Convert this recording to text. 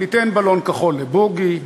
ניתן בלון כחול לבוגי,